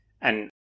And-